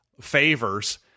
favors